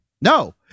No